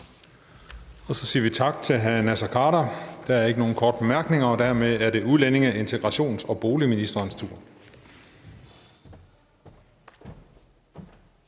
Så siger vi tak til hr. Naser Khader. Der er ikke nogen korte bemærkninger, og dermed er det udlændinge-, integrations- og boligministerens tur.